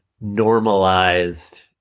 normalized